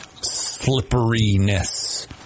slipperiness